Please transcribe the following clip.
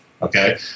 Okay